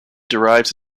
derives